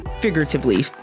figuratively